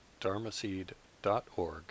dharmaseed.org